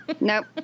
Nope